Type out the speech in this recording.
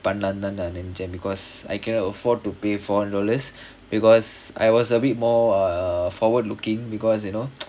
பண்லாந்தான் நான் நினைச்சேன்:panlaanthaan naan ninaichaen because I cannot afford to pay four hundred dollars because I was a bit more err forward looking because you know